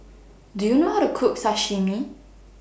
Do YOU know How to Cook Sashimi